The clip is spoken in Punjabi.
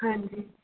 ਹਾਂਜੀ